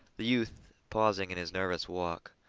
the youth, pausing in his nervous walk,